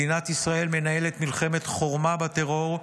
מדינת ישראל מנהלת מלחמת חורמה בטרור,